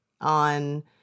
on